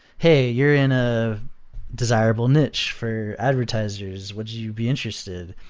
hey, you're in a desirable niche for advertisers. would you be interested?